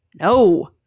no